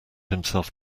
himself